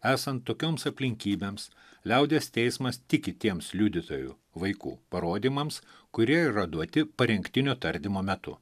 esant tokioms aplinkybėms liaudies teismas tik kitiems liudytojų vaikų parodymams kurie yra duoti parengtinio tardymo metu